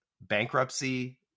bankruptcy